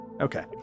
Okay